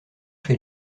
chez